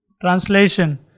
translation